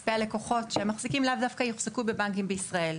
כספי הלקוחות שהם מחזיקים לאו דווקא יוחזקו בבנקים בישראל.